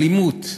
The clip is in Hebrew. אלימות,